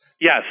Yes